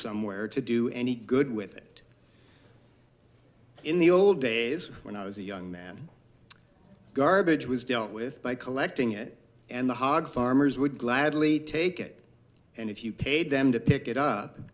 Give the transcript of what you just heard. somewhere to do any good with it in the old days when i was a young man garbage was dealt with by collecting it and the hog farmers would gladly take it and if you paid them to pick it up